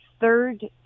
third